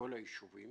לכל היישובים